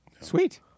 Sweet